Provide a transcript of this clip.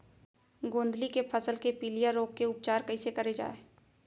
गोंदली के फसल के पिलिया रोग के उपचार कइसे करे जाये?